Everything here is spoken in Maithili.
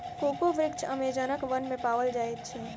कोको वृक्ष अमेज़नक वन में पाओल जाइत अछि